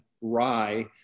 rye